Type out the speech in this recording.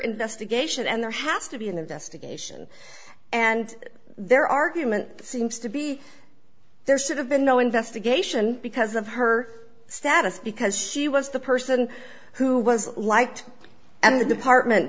investigation and there has to be an investigation and their argument seems to be there should have been no investigation because of her status because she was the person who was liked and the department